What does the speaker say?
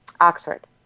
Oxford